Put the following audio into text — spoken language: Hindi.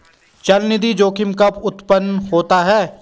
चलनिधि जोखिम कब उत्पन्न होता है?